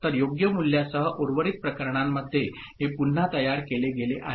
तर योग्य मूल्यांसह उर्वरित प्रकरणांमध्ये हे पुन्हा तयार केले गेले आहे